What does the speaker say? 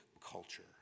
culture